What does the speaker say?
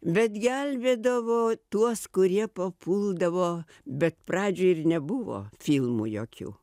bet gelbėdavo tuos kurie papuldavo bet pradžioj ir nebuvo filmų jokių